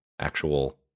actual